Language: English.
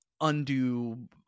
undo